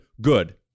good